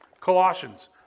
Colossians